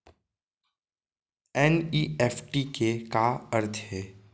NEFT के का अर्थ है?